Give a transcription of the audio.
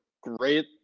great